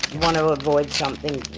want to avoid something.